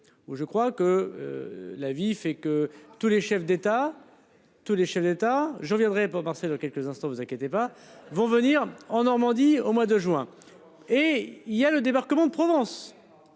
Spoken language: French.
je crois que. La vie fait que tous les chefs d'états. Tous les chefs d'État je viendrai pour dans quelques instants vous inquiétez pas vont venir en Normandie au mois de juin et il y a le débarquement de Provence.